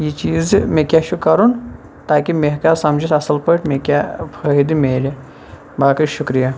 یہِ چیٖز زِ مےٚ کیاہ چھُ کَرُن تاکہِ مےٚ ہیٚکہِ ہا سَمجِتھ اَصل پٲٹھۍ مےٚ کیا فٲیدٕ مِلہِ باقی شُکریہ